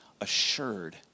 assured